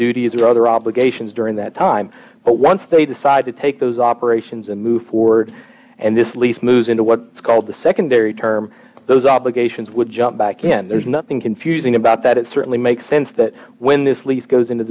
duties or other obligations during that time but once they decide to take those operations and move forward d and this lease moves into what is called the secondary term those obligations would jump back in there's nothing confusing about that it certainly makes sense that when this lease goes into